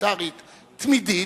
פרלמנטרית תמידית,